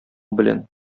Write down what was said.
белән